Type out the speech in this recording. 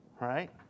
Right